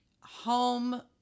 home